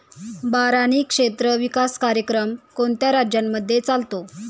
बारानी क्षेत्र विकास कार्यक्रम कोणत्या राज्यांमध्ये चालतो?